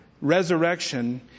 resurrection